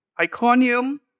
Iconium